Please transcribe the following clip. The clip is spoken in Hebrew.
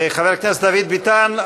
חבר הכנסת דוד ביטן,